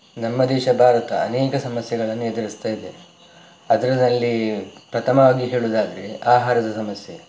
ನಮ್ಮ ದೇಶ ಭಾರತ ಅನೇಕ ಸಮಸ್ಯೆಗಳನ್ನು ಎದುರಿಸ್ತಾ ಇದೆ ಅದರಲ್ಲಿ ಪ್ರಥಮವಾಗಿ ಹೇಳುವುದಾದ್ರೆ ಆಹಾರದ ಸಮಸ್ಯೆ